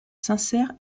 sincère